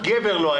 היא